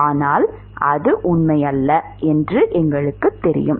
ஆனால் அது இல்லை என்று எங்களுக்குத் தெரியும்